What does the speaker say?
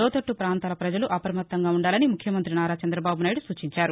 లోతట్లు పాంతాల పజలు అప్రమత్తంగా ఉండాలని ముఖ్యమంతి నారా చందబాబు నాయుడు సూచించారు